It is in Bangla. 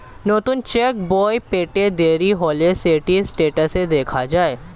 নতুন চেক্ বই পেতে দেরি হলে সেটি স্টেটাসে দেখা যায়